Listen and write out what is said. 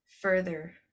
further